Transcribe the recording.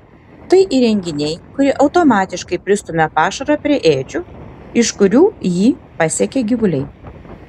tai įrenginiai kurie automatiškai pristumia pašarą prie ėdžių iš kurių jį pasiekia gyvuliai